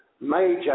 major